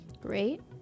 Great